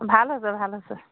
ভাল আছে ভাল আছে